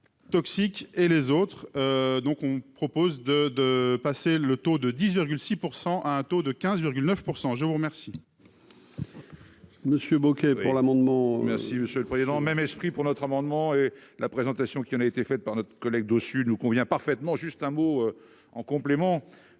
toxiques et les autres, donc on propose de de passer le taux de 10,6 % à un taux de 15,9 % je vous remercie.